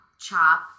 chop